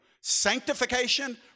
Sanctification